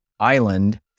island